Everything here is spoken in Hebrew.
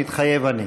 "מתחייב אני".